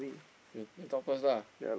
you you talk first lah